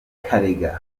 karega